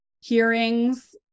hearings